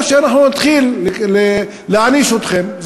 או שאנחנו נתחיל להעניש אתכם.